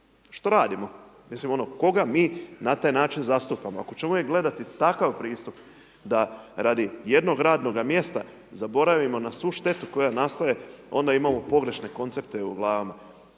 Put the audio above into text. Što radimo? Mislim ono koga mi na taj način zastupamo. Ako ćemo uvijek gledati takav pristup da radi jednoga radnoga mjesta zaboravimo na svu štetu koja nastaje onda imamo pogrešne koncerte u glavama.